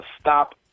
stop